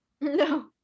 No